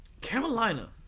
Carolina